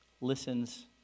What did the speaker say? listens